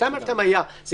2(2) היה.